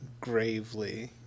gravely